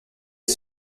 est